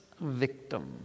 victim